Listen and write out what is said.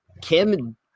Kim